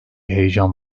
heyecan